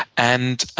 and,